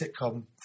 sitcom